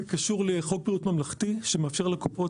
זה קשור לחוק בריאות ממלכתי שמאפשר לקופות